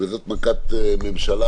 וזו מכת ממשלה.